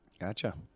Gotcha